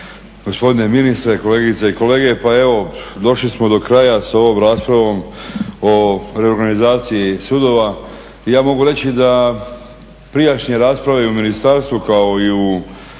Gospodine ministre, kolegice i kolege pa evo došli smo do kraja sa ovom raspravom o reorganizaciji sudova. I ja mogu reći da prijašnje rasprave i u ministarstvu kao i u